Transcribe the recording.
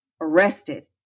arrested